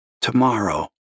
Tomorrow